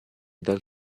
dal